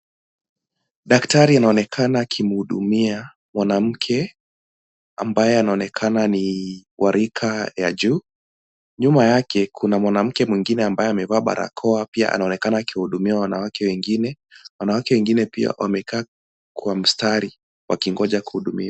Daktari anaonekana akimuhudumia mwanamke ambaye anaonekana ni wa rika ya juu . Nyuma yake kuna mwanamke mwingine ambaye amevaa barakoa piano anaonekana akihudumia wanawake wengine . Wanawake wengine pia wamekaa kwa msitari wakingoja kuhudumiwa.